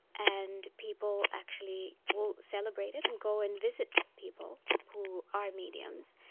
and people actually will celebrate it and go and visit people who are mediums.